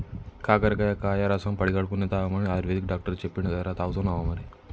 కాకరకాయ కాయ రసం పడిగడుపున్నె తాగమని ఆయుర్వేదిక్ డాక్టర్ చెప్పిండు కదరా, తాగుతున్నావా మరి